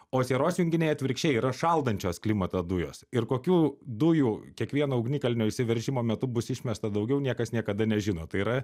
o sieros junginiai atvirkščiai yra šaldančios klimatą dujos ir kokių dujų kiekvieno ugnikalnio išsiveržimo metu bus išmesta daugiau niekas niekada nežino tai yra